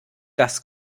das